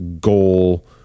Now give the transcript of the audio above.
goal